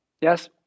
Yes